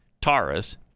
Taurus